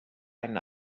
einen